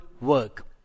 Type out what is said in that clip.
work